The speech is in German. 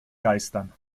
geistern